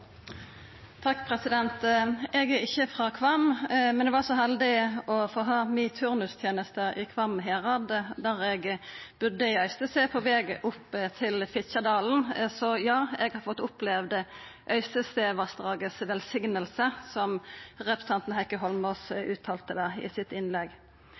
Eg er ikkje frå Kvam, men eg var så heldig å få ha turnustenesta mi i Kvam herad, der eg budde i Øystese, på veg opp til Fitjadalen. Så ja, eg har fått oppleva velsigninga til Øystesevassdraget, slik representanten Heikki Eidsvoll Holmås sa det i innlegget sitt.